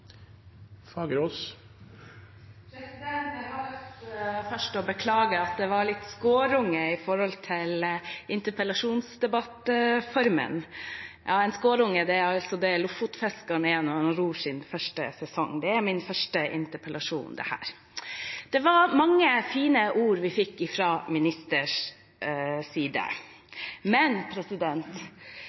Jeg har først lyst til å beklage at jeg var litt skårunge med hensyn til interpellasjonsdebattformen. En skårunge er altså det lofotfiskeren er når han ror sin første sesong. Det er min første interpellasjon, dette. Vi fikk mange fine ord fra kunnskapsministerens side, men